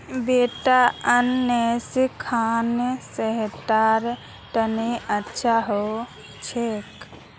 बेटा अनन्नास खाना सेहतेर तने अच्छा हो छेक